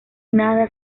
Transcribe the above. nada